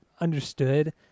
understood